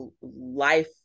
life